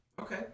Okay